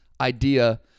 idea